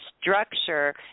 structure